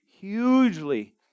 hugely